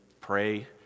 pray